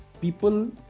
people